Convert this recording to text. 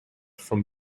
from